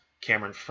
Cameron